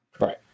Right